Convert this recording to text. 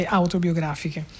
autobiografiche